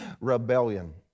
rebellion